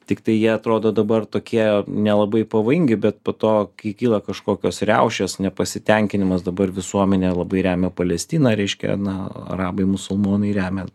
tiktai jie atrodo dabar tokie nelabai pavojingi bet po to kai kyla kažkokios riaušės nepasitenkinimas dabar visuomenė labai remia palestiną reiškia na arabai musulmonai remia